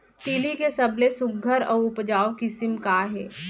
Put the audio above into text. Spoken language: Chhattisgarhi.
तिलि के सबले सुघ्घर अऊ उपजाऊ किसिम का हे?